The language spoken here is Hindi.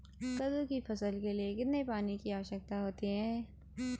कद्दू की फसल के लिए कितने पानी की आवश्यकता होती है?